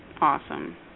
Awesome